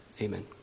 Amen